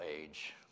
age